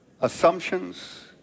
assumptions